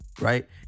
right